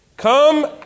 Come